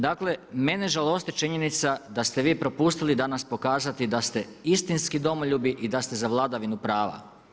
Dakle, mene žalosti činjenica da ste vi propustili danas pokazati da ste istinski domoljubi i da ste za vladavinu prava.